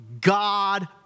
God